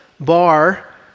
Bar